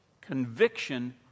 Conviction